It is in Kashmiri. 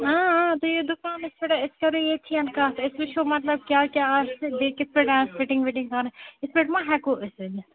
اۭں اۭں تُہۍ یِیِو دُکانَس پٮ۪ٹھ أسۍ کَرو ییٚتھِیَن کَتھ أسۍ وٕچھو مطلب کیٛاہ کیٛاہ آسہِ تہٕ بیٚیہِ کِتھ پٲٹھۍ آسہِ فِٹِنٛگ وِٹِنٛگ کَرٕنۍ یِتھ پٲٹھۍ ما ہٮ۪کو أسۍ أنِتھ